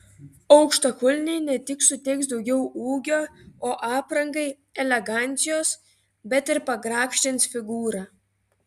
aukštakulniai ne tik suteiks daugiau ūgio o aprangai elegancijos bet ir pagrakštins figūrą